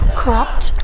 corrupt